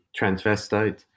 transvestite